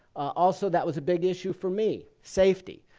also that was a big issue for me, safety.